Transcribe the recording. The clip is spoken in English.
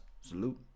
Salute